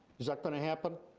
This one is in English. is that gonna happen?